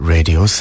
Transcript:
Radio